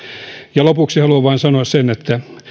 ja lopuksi haluan sanoa vain sen että